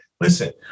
Listen